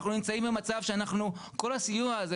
אנחנו נמצאים במצב שאנחנו כל הסיוע הזה